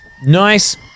nice